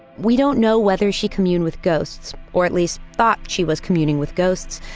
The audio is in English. we don't know whether she communed with ghosts or at least thought she was communing with ghosts,